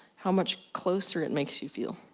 how much closer it makes you feel.